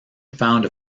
found